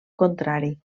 contrari